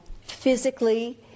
physically